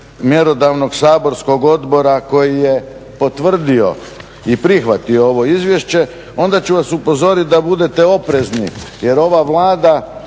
mjerodavnog saborskog odbora koji je potvrdio i prihvatio ovo izvješće onda ću vas upozoriti da budete oprezni jer ova Vlada